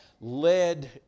led